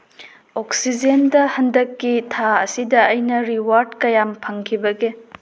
ꯑꯣꯛꯁꯤꯖꯦꯟꯗ ꯍꯟꯗꯛꯀꯤ ꯊꯥ ꯑꯁꯤꯗ ꯑꯩꯅ ꯔꯤꯋꯥꯔꯠ ꯀꯌꯥꯝ ꯐꯪꯈꯤꯕꯒꯦ